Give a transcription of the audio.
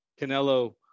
Canelo